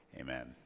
Amen